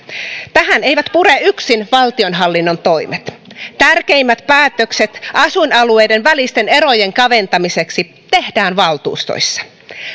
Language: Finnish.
tähän eivät pure yksin valtionhallinnon toimet tärkeimmät päätökset asuinalueiden välisten erojen kaventamiseksi tehdään valtuustoissa